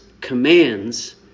commands